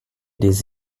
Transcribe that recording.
des